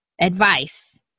advice